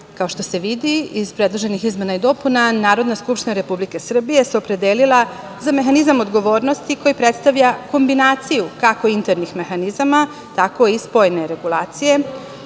Kao što se vidi iz predloženih izmena i dopuna, Narodna skupština Republike Srbije se opredelila za mehanizam odgovornosti, koji predstavlja kombinaciju kako internih mehanizama, tako i spoljne regulacije.